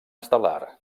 estel·lar